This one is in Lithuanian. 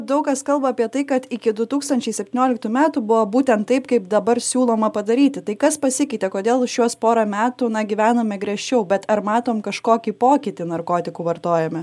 daug kas kalba apie tai kad iki du tūkstančiai septynioliktų metų buvo būtent taip kaip dabar siūloma padaryti tai kas pasikeitė kodėl šiuos porą metų gyvenome griežčiau bet ar matom kažkokį pokytį narkotikų vartojime